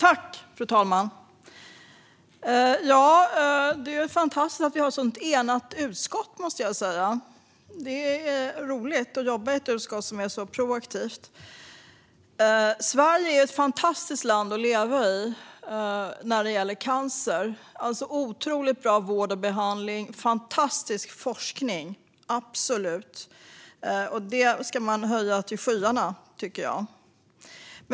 Fru talman! Det är fantastiskt att vi har ett så enigt utskott, måste jag säga. Det är roligt att jobba i ett utskott som är så proaktivt. Sverige är ett fantastiskt land att leva i när det gäller cancer. Vi har otroligt bra vård och behandling, och vi har absolut fantastisk forskning. Det tycker jag ska höjas till skyarna.